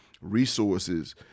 resources